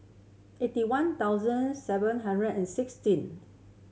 eighty one thousand seven hundred and sixteen